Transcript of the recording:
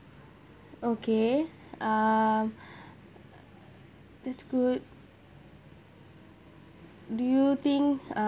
okay um that's good do you think uh